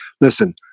listen